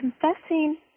confessing